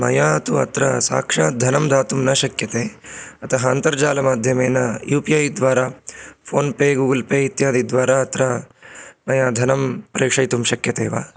मया तु अत्र साक्षात् धनं दातुं न शक्यते अतः अन्तर्जालमाध्यमेन यु पि ऐ द्वारा फ़ोन् पे गूगल् पे इत्यादिद्वारा अत्र मया धनं प्रेषयितुं शक्यते वा